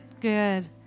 Good